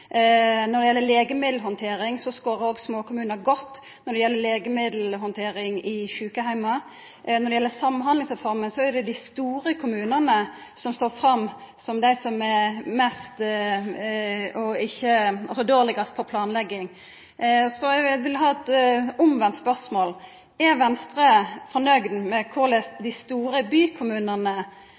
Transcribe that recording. Når det gjeld legemiddelhandtering i sjukeheimar, skårar òg små kommunar godt. Når det gjeld Samhandlingsreforma, er det dei store kommunane som står fram som dei som er dårlegast på planlegging. Så eg har eit omvendt spørsmål: Er Venstre fornøgd med korleis dei store bykommunane